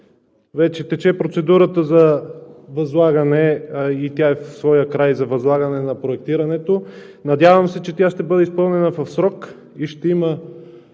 вече тече процедурата за възлагане и тя е в своя край за възлагане на проектирането. Надявам се, че ще бъде изпълнена в срок, всичко